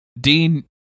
Dean